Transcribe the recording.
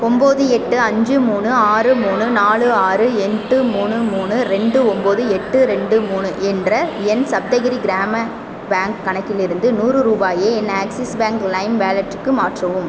ஒம்போது எட்டு அஞ்சு மூணு ஆறு மூணு நாலு ஆறு எட்டு மூணு மூணு ரெண்டு ஒம்போது எட்டு ரெண்டு மூணு என்ற என் சப்தகிரி கிராம பேங்க் கணக்கிலிருந்து நூறு ரூபாயை என் ஆக்ஸிஸ் பேங்க் லைம் வாலெட்டுக்கு மாற்றவும்